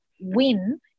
win